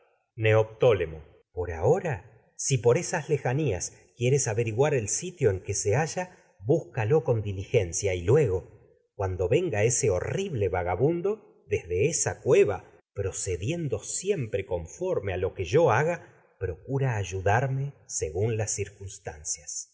neoptólemo por ahora si por esas lejanías quieres averiguar el sitio en que se halla búscalo con diligencia y luego cuando venga ese horrible vagabundo conforme a lo desde esa cueva procediendo siempre que yo haga procura ayudarme según las circunstancias